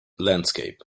landscape